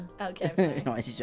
Okay